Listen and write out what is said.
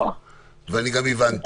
ואני גם הבנתי.